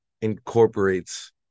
incorporates